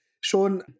Sean